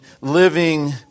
living